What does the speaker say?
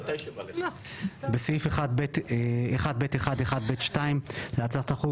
בסעיף 1(ב1)(1)(ב)(2) להצעת החוק,